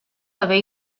haver